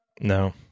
No